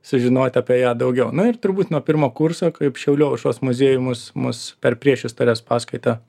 sužinot apie ją daugiau na ir turbūt nuo pirmo kurso kaip šiaulių aušros muziejų mus mus per priešistorės paskaitą